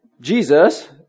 Jesus